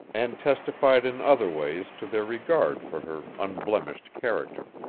and testified in other ways to their regard for her unblemished character.